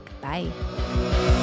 bye